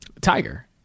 Tiger